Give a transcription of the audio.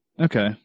Okay